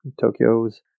Tokyo's